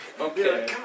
Okay